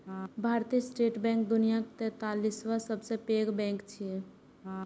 भारतीय state bank दुनियाक तैंतालिसवां सबसं पैघ बैंक छियै